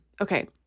Okay